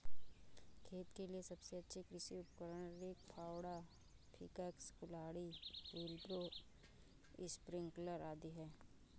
खेत के लिए सबसे अच्छे कृषि उपकरण, रेक, फावड़ा, पिकैक्स, कुल्हाड़ी, व्हीलब्रो, स्प्रिंकलर आदि है